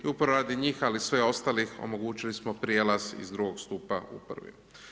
I upravo radi njih ali i svih ostalih omogućili smo prijelaz iz drugog stupa u prvi.